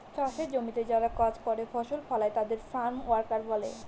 চাষের জমিতে যারা কাজ করে ফসল ফলায় তাদের ফার্ম ওয়ার্কার বলে